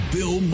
Bill